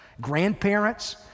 grandparents